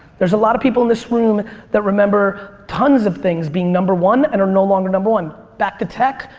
there's a lot of people in this room that remember tons of things being number one and are no longer number one. back to tech,